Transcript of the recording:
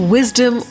Wisdom